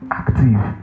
active